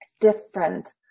different